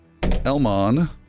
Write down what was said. Elmon